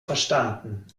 verstanden